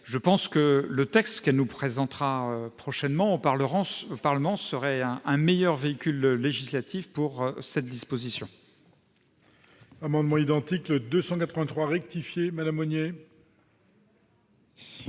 de recherche. Le texte qu'elle présentera prochainement devant le Parlement serait un meilleur véhicule législatif pour cette disposition.